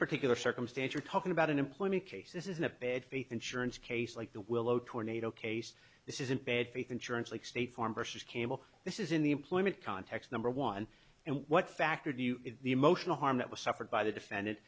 particular circumstance you're talking about an employment case this isn't a bad faith insurance case like the willow tornado case this is in bad faith insurance like state farm versus campbell this is in the employment context number one and what factored you the emotional harm that was suffered by the